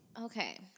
Okay